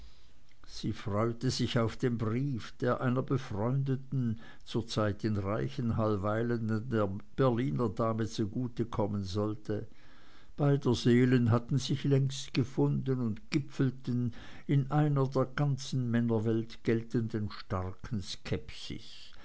sie freute sich auf den brief der einer befreundeten zur zeit in reichenhall weilenden berliner dame zugute kommen sollte beider seelen hatten sich längst gefunden und gipfelten in einer der ganzen männerwelt geltenden starken skepsis